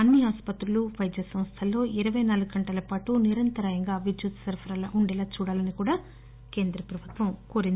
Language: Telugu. అన్ని ఆసుపత్రులు వైద్య సంస్థల్లో ఇరవై నాలుగు గంటల పాటు నిరంతరాయంగా విద్యుత్ సరఫరా ఉండేలా చూడాలని కూడా కేంద్ర ప్రభుత్వం కోరింది